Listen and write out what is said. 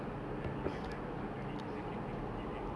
ya like I buy before during the circuit breaker period